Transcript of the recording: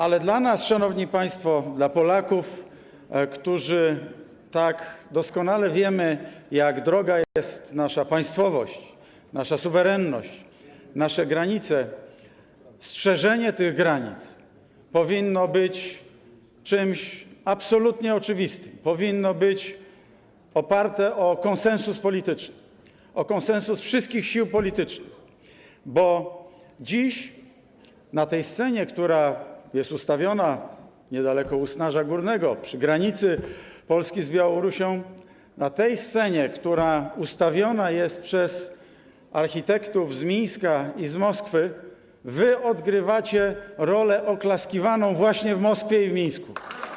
Ale dla nas, szanowni państwo, dla Polaków, którzy tak doskonale wiedzą, jak droga jest nasza państwowość, nasza suwerenność, nasze granice, strzeżenie tych granic powinno być czymś absolutnie oczywistym, powinno być oparte na konsensusie politycznym, na konsensusie wszystkich sił politycznych, bo dziś na tej scenie, która jest ustawiona niedaleko Usnarza Górnego, przy granicy Polski z Białorusią, na tej scenie, która ustawiona jest przez architektów z Mińska i z Moskwy, wy odgrywacie rolę oklaskiwaną właśnie w Moskwie i w Mińsku.